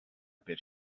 per